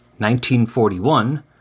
1941